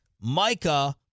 Micah